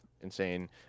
insane